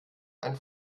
ein